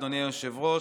אדוני היושב-ראש,